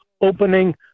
opening